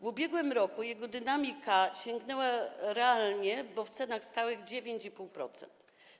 W ubiegłym roku jego dynamika sięgnęła realnie, bo w cenach stałych, 9,5%.